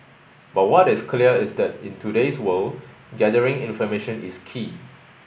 but what is clear is that in today's world gathering information is key